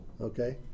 Okay